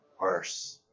worse